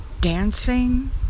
dancing